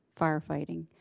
firefighting